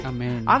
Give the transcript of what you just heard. Amen